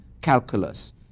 calculus